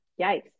yikes